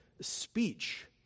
speech